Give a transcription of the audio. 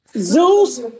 Zeus